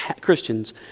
Christians